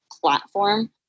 platform